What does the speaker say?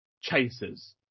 chasers